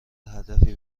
هدفی